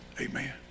Amen